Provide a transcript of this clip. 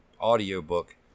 audiobook